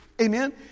Amen